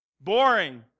boring